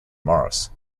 morris